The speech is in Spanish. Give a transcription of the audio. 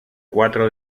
cuatro